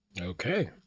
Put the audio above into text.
Okay